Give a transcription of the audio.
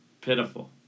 pitiful